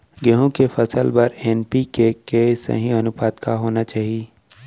गेहूँ के फसल बर एन.पी.के के सही अनुपात का होना चाही?